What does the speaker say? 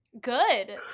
good